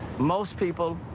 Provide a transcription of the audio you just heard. most people,